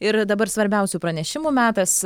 ir dabar svarbiausių pranešimų metas